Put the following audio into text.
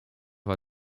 war